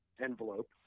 envelope